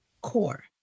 core